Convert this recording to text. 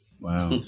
Wow